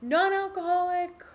Non-alcoholic